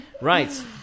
Right